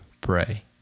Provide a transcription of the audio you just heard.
pray